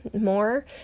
more